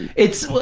it's, well,